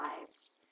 lives